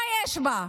מה יש בה,